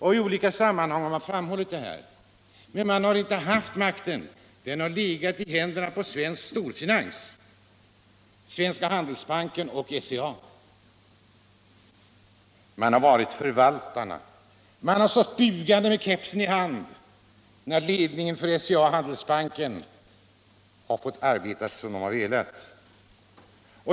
I olika sammanhang har man framhållit detta, men man har inte haft makten, utan den har legat i händerna på svensk storfinans — Svenska Handelsbanken och SCA — och man har bara varit förvaltare, som har stått bugande med kepsen i hand och låtit ledningen för SCA och Handelsbanken arbeta som de velat.